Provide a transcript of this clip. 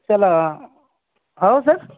चला हो सर